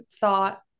thought